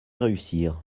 réussir